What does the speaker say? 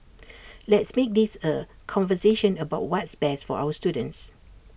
let's make this A conversation about what's best for our students